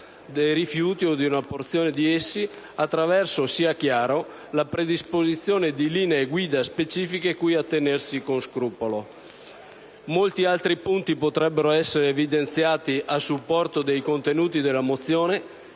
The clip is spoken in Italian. dei rifiuti o di una porzione di essi attraverso, sia chiaro, la predisposizione di linee guida specifiche cui attenersi con scrupolo. Molti altri punti potrebbero essere evidenziati a supporto dei contenuti della mozione.